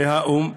מהאו"ם,